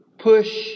Push